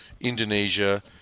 Indonesia